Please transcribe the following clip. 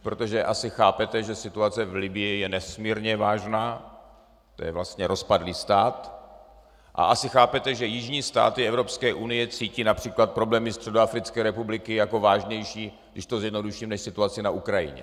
Protože asi chápete, že situace v Libyi je nesmírně vážná, to je vlastně rozpadlý stát, a asi chápete, že jižní státy Evropské unie cítí např. problémy Středoafrické republiky jako vážnější, když to zjednoduším, než situaci na Ukrajině.